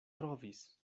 trovis